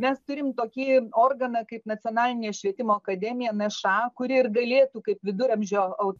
mes turim tokį organą kaip nacionalinė švietimo akademija nša kuri ir galėtų kaip viduramžio